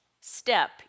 step